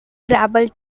garbled